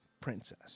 princess